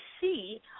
see